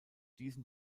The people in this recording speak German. diesen